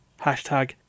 hashtag